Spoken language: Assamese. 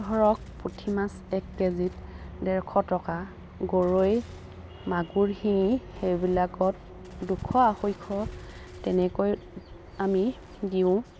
ধৰক পুঠি মাছ এক কেজিত ডেৰশ টকা গৰৈ মাগুৰ শিঙি সেইবিলাকত দুশ আঢ়ৈশ তেনেকৈ আমি দিওঁ